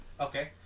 Okay